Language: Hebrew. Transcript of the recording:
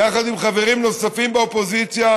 יחד עם חברים נוספים באופוזיציה,